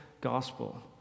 gospel